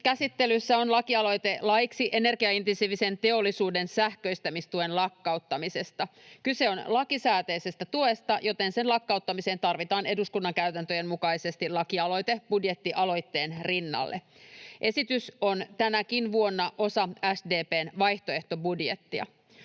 Käsittelyssä on lakialoite laiksi energiaintensiivisen teollisuuden sähköistämistuen lakkauttamisesta. Kyse on lakisääteisestä tuesta, joten sen lakkauttamiseen tarvitaan eduskunnan käytäntöjen mukaisesti lakialoite budjettialoitteen rinnalle. Esitys on tänäkin vuonna osa SDP:n vaihtoehtobudjettia.